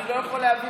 אני לא יכול להביא,